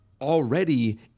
already